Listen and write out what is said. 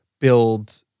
build